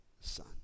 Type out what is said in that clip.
son